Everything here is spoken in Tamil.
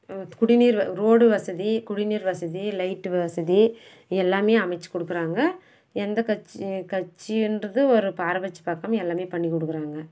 குடிநீர் ரோடு வசதி குடிநீர் வசதி லைட்டு வசதி எல்லாமே அமைத்து கொடுக்குறாங்க எந்த கட்சி கட்சின்றது ஒரு பாரபட்சம் பார்க்காம எல்லாமே பண்ணிக் கொடுக்குறாங்க